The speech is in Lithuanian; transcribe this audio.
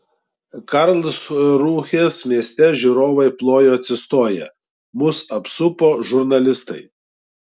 karlsrūhės mieste žiūrovai plojo atsistoję mus apsupo žurnalistai